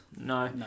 No